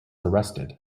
arrested